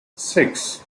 six